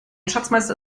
schatzmeister